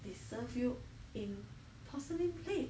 they serve you in porcelain plate